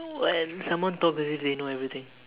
when someone talks as if they know everything